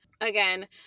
again